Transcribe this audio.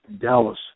Dallas